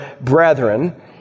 brethren